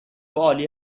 عالی